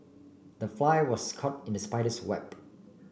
the fly was caught in the spider's web